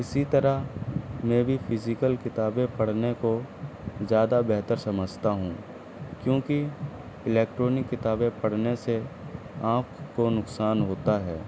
اسی طرح میں بھی فزیکل کتابیں پڑھنے کو زیادہ بہتر سمجھتا ہوں کیوں کہ الیکٹرانک کتابیں پڑھنے سے آنکھ کو نقصان ہوتا ہے